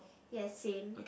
yes same